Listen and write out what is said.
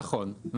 נכון.